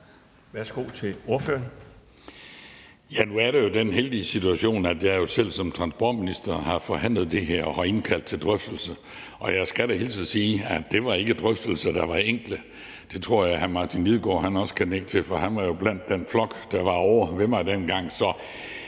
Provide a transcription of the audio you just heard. Christian Schmidt (V): Nu er vi jo i den heldige situation, at jeg som transportminister selv har forhandlet det her og har indkaldt til drøftelse, og jeg skal da hilse og sige, at det ikke var drøftelser, der var enkle. Det tror jeg hr. Martin Lidegaard også kan nikke til, for han var jo blandt den flok, der var ovre ved mig dengang.